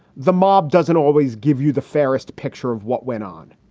the mob doesn't always give you the fairest picture of what went on.